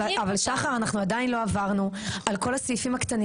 אבל שחר אנחנו עדיין לא עברנו על כל הסעיפים הקטנים